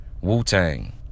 Wu-Tang